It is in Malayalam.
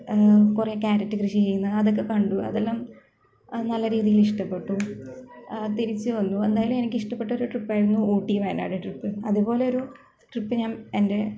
കുറേ ക്യാരറ്റ് കൃഷി ചെയ്യുന്നത് അതൊക്കെ കണ്ടു അതെല്ലാം അത് നല്ല രീതിയില് ഇഷ്ടപ്പെട്ടു തിരിച്ചു വന്നു എന്തായാലും എനിക്ക് ഇഷ്ടപ്പെട്ട ഒരു ട്രിപ്പ് ആയിരുന്നു ഊട്ടി വയനാട് ട്രിപ്പ് അതുപോലെ ഒരു ട്രിപ്പ് ഞാൻ എന്റെ